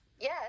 Yes